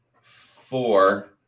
four